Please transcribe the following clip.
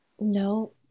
No